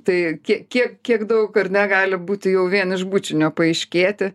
tai kiek kiek kiek daug ar ne gali būti jau vien iš bučinio paaiškėti